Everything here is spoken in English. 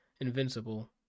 Invincible